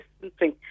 distancing